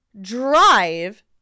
Drive